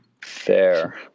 Fair